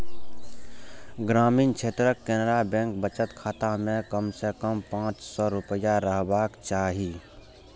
ग्रामीण क्षेत्रक केनरा बैंक बचत खाता मे कम सं कम पांच सय रुपैया रहबाक चाही